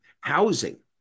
housing